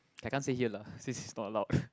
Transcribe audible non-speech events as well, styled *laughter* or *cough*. I can't say here lah since it's not allowed *laughs*